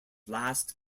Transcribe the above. last